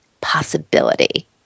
possibility